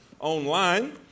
online